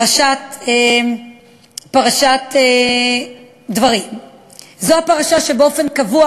פרשת דברים זו הפרשה שבאופן קבוע,